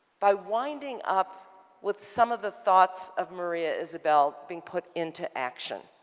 by winding up with some of the thoughts of maria isabelle being put into action.